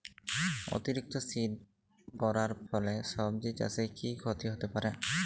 অতিরিক্ত শীত পরার ফলে সবজি চাষে কি ক্ষতি হতে পারে?